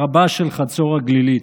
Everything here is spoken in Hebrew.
רבה של חצור הגלילית.